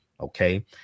okay